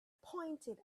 pointed